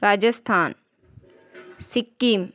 Rajasthan Sikkim